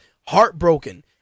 heartbroken